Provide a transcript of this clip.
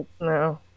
no